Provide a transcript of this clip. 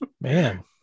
Man